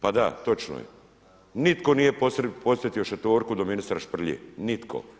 Pa da, točno je. nitko nije posjetio šatorku do ministra Šprlje, nitko.